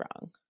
wrong